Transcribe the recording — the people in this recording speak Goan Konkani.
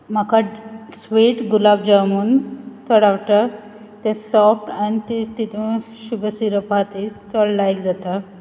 म्हाका स्वीट गुलाब जामून चड आवडटा तें सॉफ्ट आनी तें तितूंत शुगर सिरप आहा ती चड लायक जाता